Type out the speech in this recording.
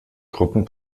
gruppen